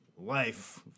life